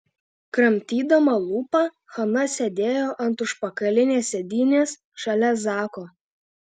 kramtydama lūpą hana sėdėjo ant užpakalinės sėdynės šalia zako